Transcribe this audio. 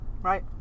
right